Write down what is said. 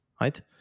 right